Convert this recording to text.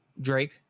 Drake